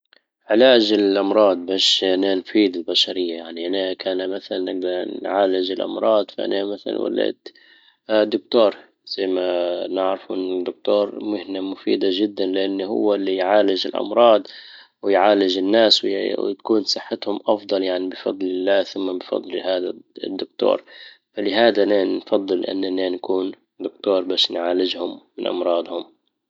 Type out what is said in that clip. علاج الامراض باش ان انا نفيد البشرية يعني هناك انا مثلا نعالج الامراض فانا مثلا وليت دكتور. زي ما نعرف الدكتور مهنة مفيدة جدا لان هو اللي يعالج الامراض ويعالج الناس ويكون صحتهم افضل، يعني بفضل لله ثم بفضل هذا الدكتور. فلهذا نفضل اننا نكون دكتور بس نعالجهم من امراضهم